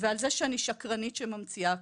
ועל זה שאני שקרנית שממציאה הכל.